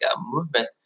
movement